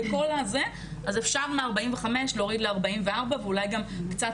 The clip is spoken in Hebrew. אז אפשר מ-45 להוריד ל-44 ואולי קצת